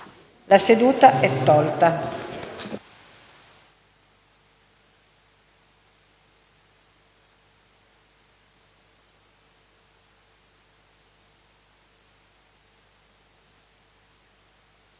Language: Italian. La seduta e` tolta